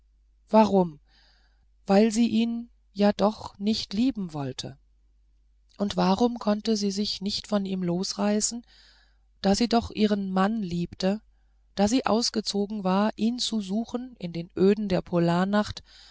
warum weil sie ihn ja doch nicht lieben wollte und warum konnte sie sich nicht von ihm losreißen da sie doch ihren mann liebte da sie ausgezogen war ihn zu suchen in den öden der